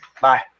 Bye